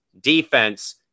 defense